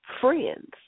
friends